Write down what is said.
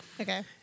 okay